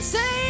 Say